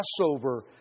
Passover